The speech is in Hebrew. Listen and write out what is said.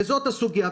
וזאת הסוגיה.